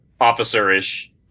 officer-ish